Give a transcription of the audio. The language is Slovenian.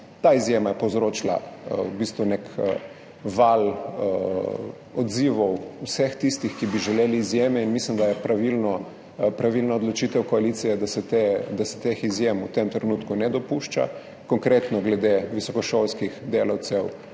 Ta izjema je povzročila v bistvu nek val odzivov vseh tistih, ki bi želeli izjeme in mislim, da je pravilna odločitev koalicije, da se teh izjem v tem trenutku ne dopušča, konkretno glede visokošolskih delavcev